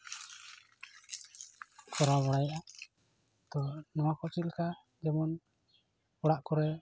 ᱠᱚᱨᱟᱣ ᱵᱟᱲᱟᱭᱮᱫᱼᱟ ᱟᱫᱚ ᱱᱚᱣᱟ ᱠᱚ ᱪᱮᱫᱞᱮᱠᱟ ᱡᱮᱢᱚᱱ ᱚᱲᱟᱜ ᱠᱚᱨᱮ